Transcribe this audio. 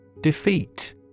Defeat